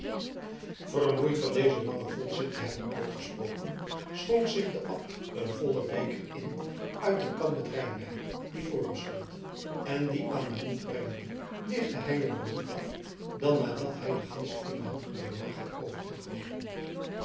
vermoeid van dezen langen volzin te hebben uitgesproken schonk zich de abt een vollen beker in uit de kan met rijnwijn die voor hem stond en dien aan den mond brengende lichtte hij hem er niet af dan nadat hij den ganschen inhoud in zijn maag had